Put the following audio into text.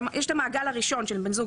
יש את המעגל הראשון של בן זוג,